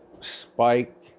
spike